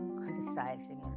criticizing